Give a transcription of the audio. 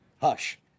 hush